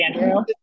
Andrew